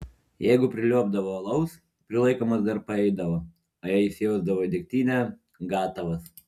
jeigu priliuobdavo alaus prilaikomas dar paeidavo o jei įsijausdavo į degtinę gatavas